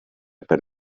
per